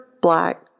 black